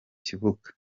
kibuga